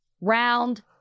round